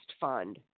fund